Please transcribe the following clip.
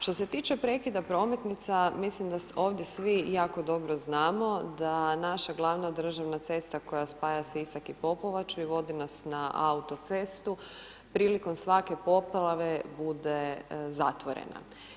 Što se tiče prekida prometnica, mislim da ovdje svi jako dobro znamo da naša glavna državna cesta koja spaja Sisak i Popovaču i vodi nas na autocestu, prilikom svake poplave bude zatvorena.